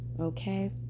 okay